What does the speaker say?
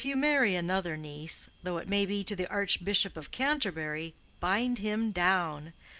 if you marry another niece, though it may be to the archbishop of canterbury, bind him down.